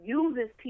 uses